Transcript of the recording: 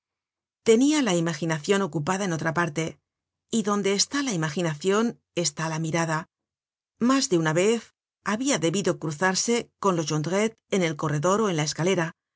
tenia la imaginacion ocupada en otra parte y donde está la imaginacion está la mirada mas de una vez habia debido cruzarse con los jondrette en el corredor ó en la escalera